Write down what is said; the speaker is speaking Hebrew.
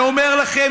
אני אומר לכם,